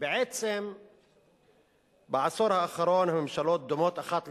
ובעצם בעשור האחרון הממשלות דומות אחת לשנייה,